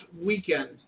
weekend